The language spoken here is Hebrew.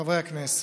חברי הכנסת,